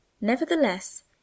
nevertheless